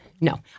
No